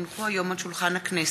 כי הונחו היום על שולחן הכנסת,